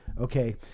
Okay